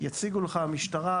יציגו לך מהמשטרה,